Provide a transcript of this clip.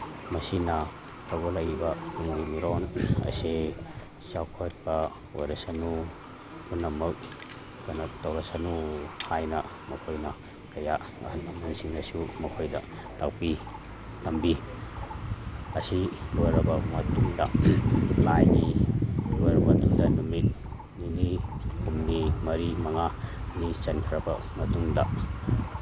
ꯃꯁꯤꯅ ꯍꯧꯒꯠꯂꯛꯏꯕ ꯇꯨꯡꯒꯤ ꯃꯤꯔꯣꯟ ꯑꯁꯤ ꯆꯥꯎꯈꯠꯄ ꯑꯣꯏꯔꯁꯅꯨ ꯄꯨꯝꯅꯃꯛ ꯀꯩꯅꯣ ꯇꯧꯔꯁꯅꯨ ꯍꯥꯏꯅ ꯃꯈꯣꯏꯅ ꯀꯌꯥ ꯑꯍꯟ ꯂꯃꯟꯁꯤꯡꯅꯁꯨ ꯃꯈꯣꯏꯗ ꯇꯥꯛꯄꯤ ꯇꯝꯕꯤ ꯑꯁꯤ ꯂꯣꯏꯔꯕ ꯃꯇꯨꯡꯗ ꯂꯥꯏꯒꯤ ꯂꯣꯏꯔ ꯃꯇꯨꯡꯗ ꯅꯨꯃꯤꯠ ꯅꯤꯅꯤ ꯍꯨꯝꯅꯤ ꯃꯔꯤ ꯃꯉꯥꯅꯤ ꯆꯟꯈ꯭ꯔꯕ ꯃꯇꯨꯡꯗ